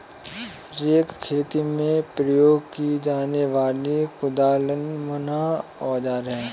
rake खेती में प्रयोग की जाने वाली कुदालनुमा औजार है